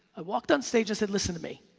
i walked on stage i said listen to me.